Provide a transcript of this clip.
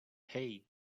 hey